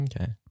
okay